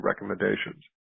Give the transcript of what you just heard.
recommendations